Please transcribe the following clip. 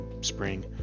spring